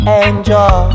enjoy